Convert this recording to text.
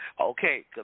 Okay